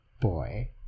boy